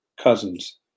cousins